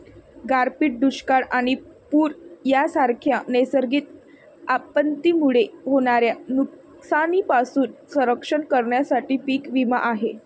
गारपीट, दुष्काळ आणि पूर यांसारख्या नैसर्गिक आपत्तींमुळे होणाऱ्या नुकसानीपासून संरक्षण करण्यासाठी पीक विमा आहे